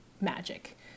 magic